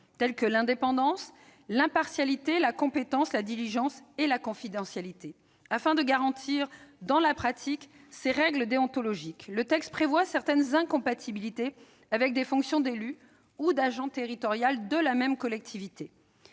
tels que l'indépendance, l'impartialité, la compétence, la diligence et la confidentialité. Afin de garantir, dans la pratique, ces règles déontologiques, le texte prévoit certaines incompatibilités avec des fonctions d'élu ou d'agent territorial de la même collectivité.